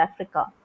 Africa